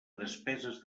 despeses